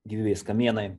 gyvybės kamienai